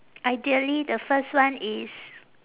ideally the first one is